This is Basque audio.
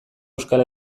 euskal